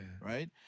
Right